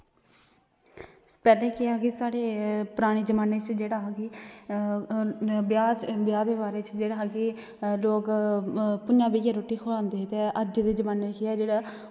पैह्ले केह् हा कि साढ़े पराने जमान्ने च जेह्ड़ा हा कि ब्याह् च ब्याह् दे बारे च जेह्ड़ा हा कि लोग भुञां बेहियै रुट्टी खुआंदे हे ते अज्ज दे जमान्ने च केह् ऐ जेह्ड़ा